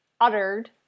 Uttered